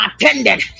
attended